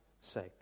sake